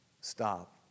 stop